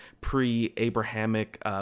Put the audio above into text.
pre-Abrahamic